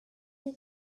you